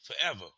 forever